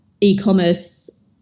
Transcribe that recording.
e-commerce